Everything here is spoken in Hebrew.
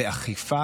באכיפה